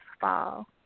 fall